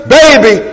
baby